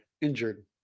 injured